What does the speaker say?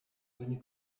vieni